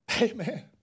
Amen